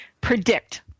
predict